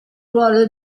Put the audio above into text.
ruolo